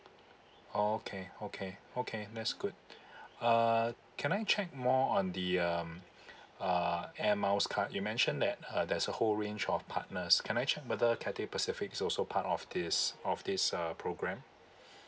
oh okay okay okay that's good uh can I check more on the um uh air miles card you mentioned that uh there's a whole range of partners can I check whether Cathay Pacific is also part of this of this uh program